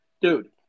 dude